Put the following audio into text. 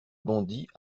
bandits